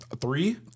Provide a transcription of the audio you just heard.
Three